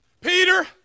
Peter